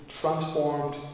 transformed